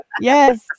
Yes